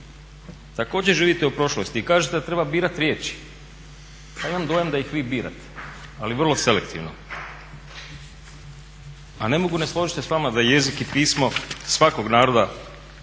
također živite u prošlosti. I kažete da treba birati riječi. Pa imam dojam da ih vi birate ali vrlo selektivno. A ne mogu ne složiti se s vama da je jezik i pismo svakog naroda,